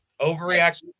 Overreaction